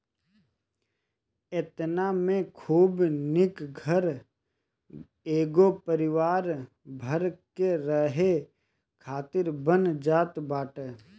एतना में खूब निक घर एगो परिवार भर के रहे खातिर बन जात बाटे